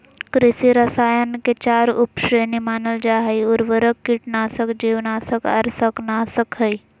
कृषि रसायन के चार उप श्रेणी मानल जा हई, उर्वरक, कीटनाशक, जीवनाशक आर शाकनाशक हई